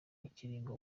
ikiringo